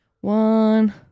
One